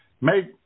Make